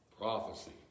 prophecy